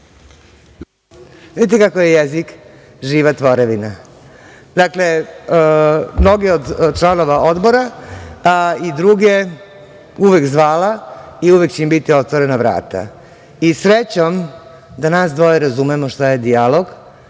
Vidite kako je jezik živa tvorevina. Dakle, mnogi od članova odbora, pa i druge uvek zvala i uvek će im biti otvorena vrata i srećom da nas dvoje razumemo šta je dijalog